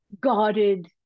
guarded